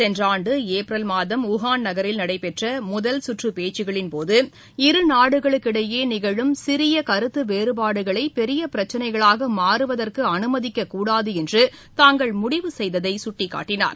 சென்றஆண்டுஏப்ரல் மாதம் ஊகான் நகரில் நடைபெற்றமுதல் கற்றப் பேச்சுக்களின் போது இருநாடுகளுக்கு இடையேநிகழும் சிறியகருத்தவேறபாடுகளைபெரியபிரச்சினைகளாகமாறுவதற்குஅனுமதிக்கக் கூடாதுஎன்றுதாங்கள் முடிவு செய்ததைசுட்டிக்காட்டினார்